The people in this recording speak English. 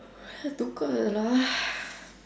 தூக்கம் வருது:thuukkam varuthu lah